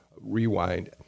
Rewind